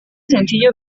sencillo